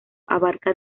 abarca